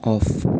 off